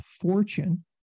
fortune